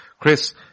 Chris